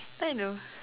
I know